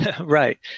Right